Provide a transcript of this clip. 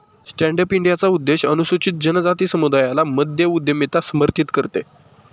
stand up इंडियाचा उद्देश अनुसूचित जनजाति समुदायाला मध्य उद्यमिता समर्थित करते